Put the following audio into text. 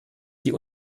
die